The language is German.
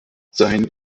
sein